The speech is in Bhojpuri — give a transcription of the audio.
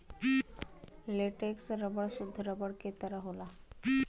लेटेक्स रबर सुद्ध रबर के तरह होला